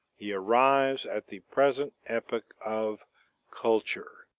he arrives at the present epoch of culture.